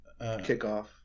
kickoff